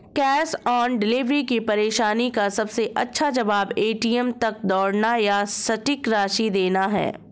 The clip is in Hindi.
कैश ऑन डिलीवरी की परेशानी का सबसे अच्छा जवाब, ए.टी.एम तक दौड़ना या सटीक राशि देना है